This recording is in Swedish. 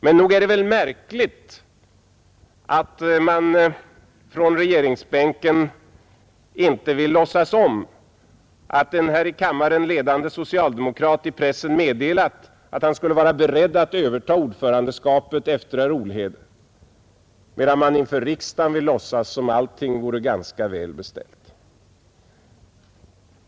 Men nog är det märkligt att man från regeringsbänken inte vill låtsas om att en här i kammaren ledande socialdemokrat i pressen meddelat att han skulle vara beredd att överta ordförandeskapet efter herr Olhede, medan man inför riksdagen vill låtsas som om allting vore ganska väl beställt.